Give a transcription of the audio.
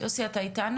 איל אסף.